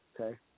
okay